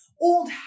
old